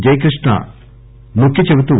జయకృష్ణ నొక్కి చెబుతూ